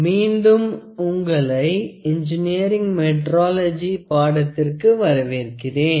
மீண்டும் உங்களை engineering metrology பாடத்திற்கு வரவேற்கிறேன்